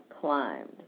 climbed